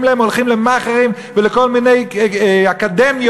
עליהם הולכים למאכערים ולכל מיני אקדמיות,